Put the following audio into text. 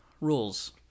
rules